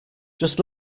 just